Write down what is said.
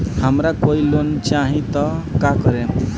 हमरा कोई लोन चाही त का करेम?